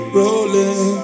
rolling